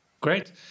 Great